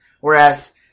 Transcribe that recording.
Whereas